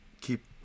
Keep